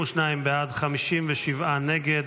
52 בעד, 57 נגד,